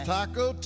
Taco